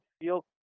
feel